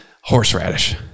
horseradish